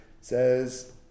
says